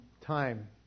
time